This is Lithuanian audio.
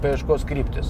paieškos kryptys